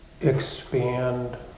expand